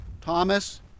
Thomas